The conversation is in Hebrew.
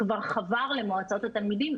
כבר חבר למועצות התלמידים,